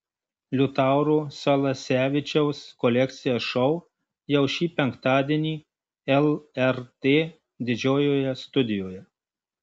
liutauro salasevičiaus kolekcija šou jau šį penktadienį lrt didžiojoje studijoje